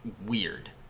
weird